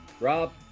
Rob